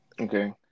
okay